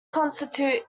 constitute